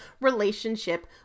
relationship